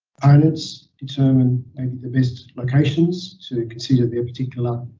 proponents determine and the the best locations to consider the particular,